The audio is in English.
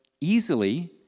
easily